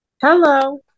Hello